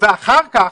ואחר כך,